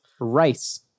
Rice